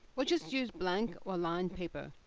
or just use blank or lined paper.